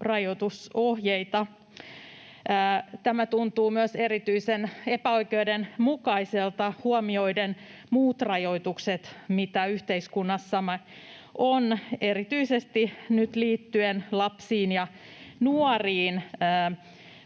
rajoitusohjeita hyvin. Tämä tuntuu myös erityisen epäoikeudenmukaiselta huomioiden muut rajoitukset, joita yhteiskunnassamme on erityisesti nyt liittyen lapsiin ja nuoriin.